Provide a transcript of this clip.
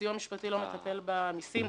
הסיוע המשפטי לא מטפל במסים,